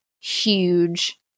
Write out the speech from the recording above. huge